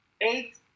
Eight